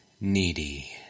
needy